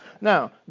Now